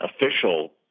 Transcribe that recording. official